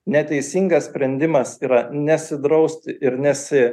neteisingas sprendimas yra nesidrausti ir nesi